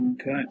Okay